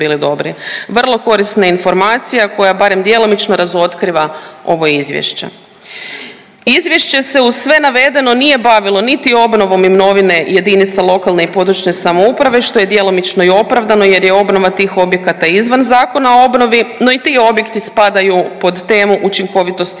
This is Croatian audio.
Vrlo korisna je informacija koja barem djelomično razotkriva ovo izvješće. Izvješće se uz sve navedeno nije bavilo niti obnovom imovine jedinica lokalne i područne samouprave, što je djelomično i opravdano jer je obnova tih objekata izvan Zakona o obnovi no i ti objekti spadaju pod temu učinkovitosti